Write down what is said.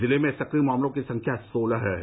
जिले में सक्रिय मामलों की संख्या सोलह है